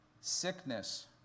sickness